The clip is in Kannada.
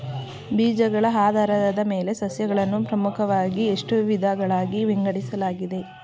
ಬೀಜಗಳ ಆಧಾರದ ಮೇಲೆ ಸಸ್ಯಗಳನ್ನು ಪ್ರಮುಖವಾಗಿ ಎಷ್ಟು ವಿಧಗಳಾಗಿ ವಿಂಗಡಿಸಲಾಗಿದೆ?